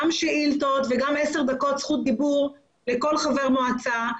גם שאילתות וגם 10 דקות זכות דיבור לכל חבר מועצה.